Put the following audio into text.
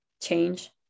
change